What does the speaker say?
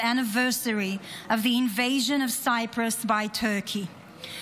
anniversary of the invasion of Cyprus by Turkey.